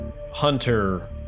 Hunter